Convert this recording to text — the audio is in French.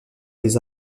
des